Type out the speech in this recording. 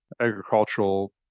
agricultural